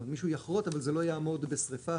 כלומר מישהו יחרוט אבל זה לא יעמוד בשריפה.